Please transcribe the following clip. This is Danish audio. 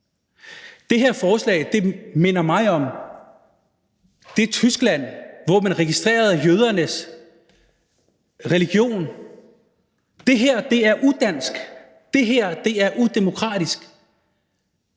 Det her forslag minder mig om det Tyskland, hvor man registrerede jødernes religion. Det her er udansk. Det her er udemokratisk.